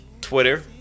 Twitter